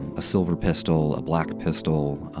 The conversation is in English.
a silver pistol, a black pistol